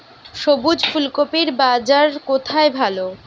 সবুজ ফুলকপির বাজার কোথায় ভালো?